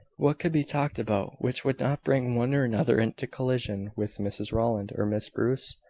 what could be talked about which would not bring one or another into collision with mrs rowland or miss bruce?